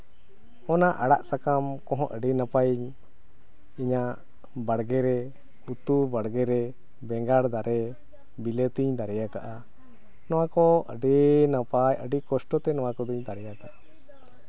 ᱚᱱᱟ ᱟᱲᱟᱜ ᱥᱟᱠᱟᱢ ᱠᱚᱦᱚᱸ ᱟᱹᱰᱤ ᱱᱟᱯᱟᱭᱤᱧ ᱤᱧᱟᱹᱜ ᱵᱟᱲᱜᱮ ᱨᱮ ᱩᱛᱩ ᱵᱟᱲᱜᱮ ᱨᱮ ᱩᱛᱩ ᱵᱟᱲᱜᱮ ᱨᱮ ᱵᱮᱸᱜᱟᱲ ᱫᱟᱨᱮ ᱵᱤᱞᱟᱹᱛᱤᱧ ᱫᱟᱨᱮ ᱠᱟᱜᱼᱟ ᱱᱚᱣᱟ ᱠᱚ ᱟᱹᱰᱤ ᱱᱟᱯᱟᱭ ᱟᱹᱰᱤ ᱠᱚᱥᱴᱚ ᱛᱤᱧ ᱱᱚᱣᱟ ᱠᱚᱫᱚᱧ ᱫᱟᱨᱮ ᱟᱠᱟᱜᱼᱟ